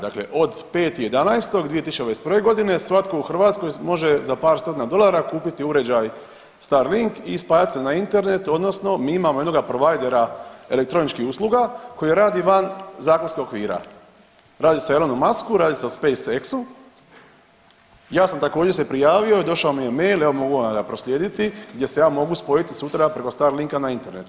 Dakle, od 5.11.2021.g. svatko u Hrvatskoj može za par stotina dolara kupiti uređaj Starlink i spajat se na Internet odnosno mi imamo jednoga provajdera elektroničkih usluga koji rade van zakonskih okvira, radi se o Elonu Musku, radi se o SpaceX-u. ja sam također se prijavio, došao mi je mail evo mogu vam ga proslijediti gdje se ja mogu spojiti sutra preko STarlinka na Internet.